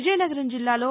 విజయనగరం జిల్లాలో